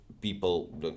people